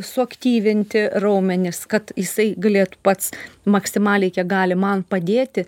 suaktyvinti raumenis kad jisai galėtų pats maksimaliai kiek gali man padėti